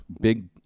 Big